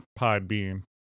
Podbean